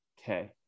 okay